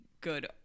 good